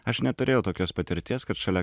aš neturėjau tokios patirties kad šalia